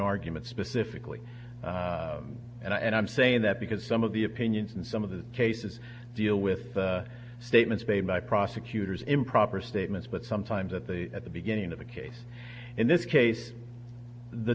arguments specifically and i'm saying that because some of the opinions and some of the cases deal with statements made by prosecutors improper statements but sometimes at the at the beginning of the case in this case the